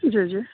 جی جی